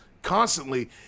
constantly